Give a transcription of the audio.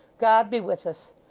god be with us!